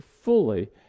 fully